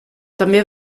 també